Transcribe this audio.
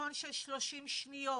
וסרטון של שלושים שניות,